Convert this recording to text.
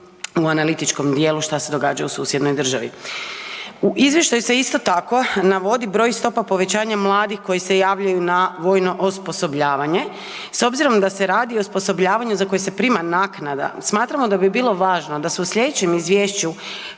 u analitičkom dijelu šta se događa u susjednoj državi. U izvještaju se isto tako navodi broj stopa povećanja mladih koji se javljaju na vojno osposobljavanje. S obzirom da se radi o osposobljavanju za koje se prima naknada smatramo da bi bilo važno da se u slijedećem izvješću